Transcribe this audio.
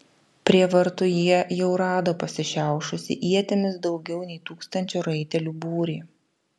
prie vartų jie jau rado pasišiaušusį ietimis daugiau nei tūkstančio raitelių būrį